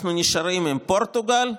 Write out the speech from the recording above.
אנחנו נשארים עם פורטוגל,